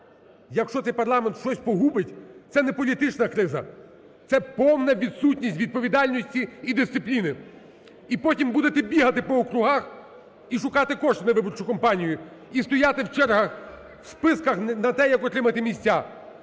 якщо цей парламент щось погубить, це не політична криза, це повна відсутність відповідальності і дисципліни. І потім будете бігати по округах і шукати кошти на виборчу кампанію, і стояти в чергах, у списках на те, як отримати місця.